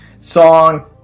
song